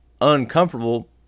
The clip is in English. uncomfortable